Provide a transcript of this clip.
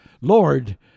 Lord